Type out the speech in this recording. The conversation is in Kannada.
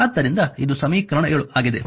ಆದ್ದರಿಂದ ಇದು ಸಮೀಕರಣ 7 ಆಗಿದೆ